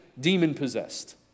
demon-possessed